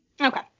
Okay